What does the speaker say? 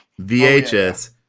VHS